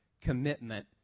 commitment